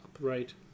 Right